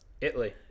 Italy